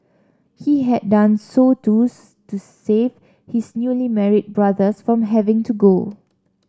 he had done so to save his newly married brothers from having to go